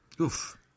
Oof